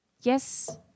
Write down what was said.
Yes